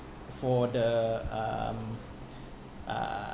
for the um uh